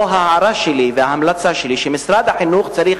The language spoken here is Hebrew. או ההערה שלי וההמלצה שלי: משרד החינוך צריך